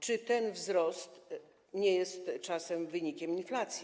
Czy ten wzrost nie jest czasem wynikiem inflacji?